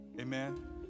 Amen